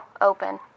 Open